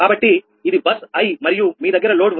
కాబట్టిఇది bus i మరియు మీ దగ్గర లోడ్ ఉంది